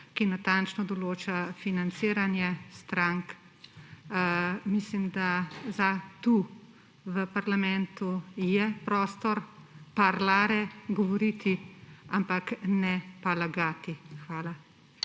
ki natančno določa financiranje strank. Mislim, da tu, v parlamentu, je prostor za »parlare«, govoriti, ampak ne pa lagati. Hvala.